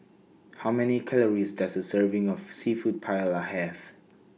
How Many Calories Does A Serving of Seafood Paella Have